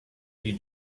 you